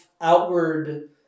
outward